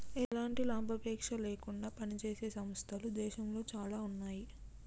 ఎలాంటి లాభాపేక్ష లేకుండా పనిజేసే సంస్థలు దేశంలో చానా ఉన్నాయి